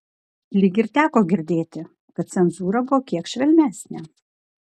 lyg ir teko girdėti kad cenzūra buvo kiek švelnesnė